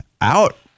out